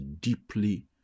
deeply